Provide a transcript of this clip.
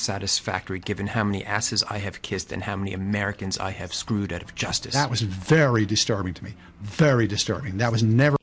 satisfactory given how many asses i have kissed and how many americans i have screwed out of justice that was very disturbing to me very disturbing that was never